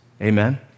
Amen